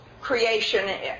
creation